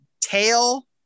tail